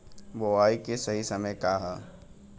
बुआई के सही समय का वा?